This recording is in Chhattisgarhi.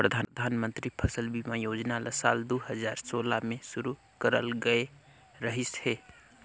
परधानमंतरी फसल बीमा योजना ल साल दू हजार सोला में शुरू करल गये रहीस हे